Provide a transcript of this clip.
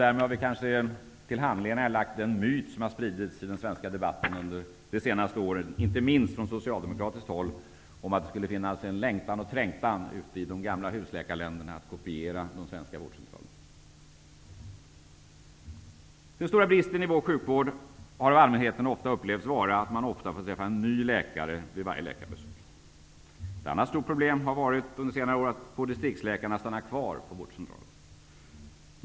Därmed har vi kanske till handlingarna lagt en myt som, inte minst från socialdemokratiskt håll, har spridits i den svenska debatten under de senaste åren, en myt om att det i de gamla husläkarländerna skulle finnas en längtan och trängtan att kopiera de svenska vårdcentralerna. Den stora bristen i vår sjukvård har av allmänheten ofta upplevts vara att man ofta får träffa en ny läkare vid varje läkarbesök. Ett annat stort problem under senare år har varit att få distriktsläkarna att stanna kvar på vårdcentralerna.